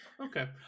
Okay